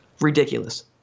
ridiculous